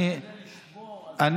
אני